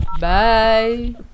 Bye